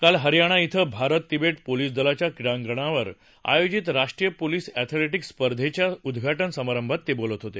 काल हरियाणा इथं भारत तिवे पोलीस दलाच्या क्रीडांगणावर आयोजित राष्ट्रीय पोलीस अध्येमिके स्पर्धेच्या उद्वा उ समारंभात ते बोलत होते